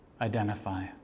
identify